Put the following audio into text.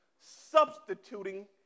substituting